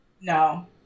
No